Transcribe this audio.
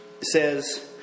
says